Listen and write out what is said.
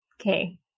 Okay